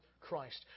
Christ